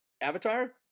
Avatar